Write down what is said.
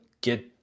get